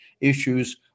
issues